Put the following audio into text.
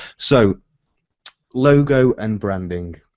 so logo and branding.